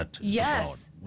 yes